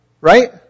Right